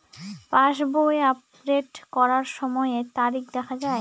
পাসবই update করার সময়ে তারিখ দেখা য়ায়?